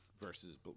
versus